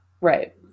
Right